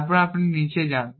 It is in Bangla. তারপর যখন আপনি নিচে যান